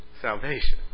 salvation